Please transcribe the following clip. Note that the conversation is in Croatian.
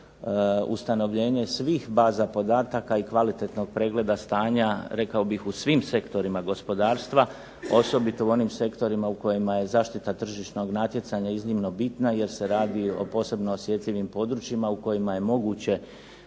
za ustanovljenje svih baza podataka i kvalitetnog pregleda stanja rekao bih u svim sektorima gospodarstva, osobito u onim sektorima u kojima je zaštita tržišnog natjecanja iznimno bitna jer se radi o posebno osjetljivim područjima u kojima je moguće